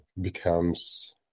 becomes